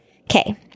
Okay